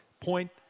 point